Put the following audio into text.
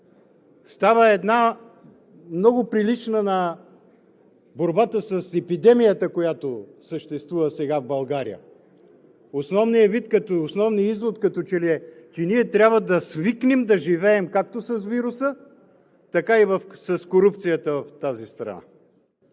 става една много прилична на борбата с епидемията, която съществува сега в България. Основният извод е, като че ли трябва да свикнем да живеем както с вируса, така и с корупцията в тази страна.